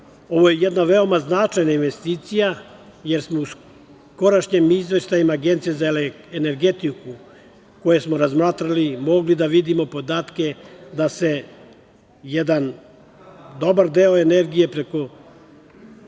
je jedna veoma značajna investicija, jer smo u skorašnjim izveštajima Agencije za energetiku, koje smo razmatrali, mogli da vidimo podatke da se jedan dobar deo energije preko